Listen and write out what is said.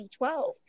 2012